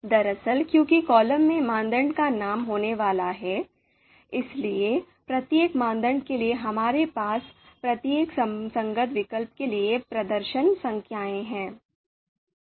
दरअसल क्योंकि कॉलम में मानदंड का नाम होने वाला है इसलिए प्रत्येक मानदंड के लिए हमारे पास प्रत्येक संगत विकल्प के लिए प्रदर्शन संख्याएं हैं